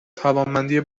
توانمندی